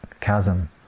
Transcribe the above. chasm